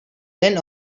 then